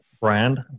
brand